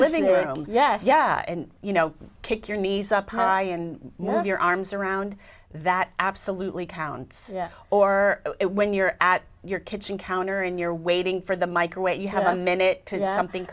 living room yes yeah and you know kick your knees up high and move your arms around that absolutely counts or when you're at your kitchen counter and you're waiting for the microwave you have a minute to somethin